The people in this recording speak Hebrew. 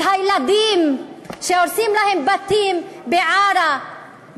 הילדים שהורסים להם בתים בעארה,